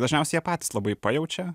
dažniausiai jie patys labai pajaučia